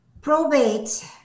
probate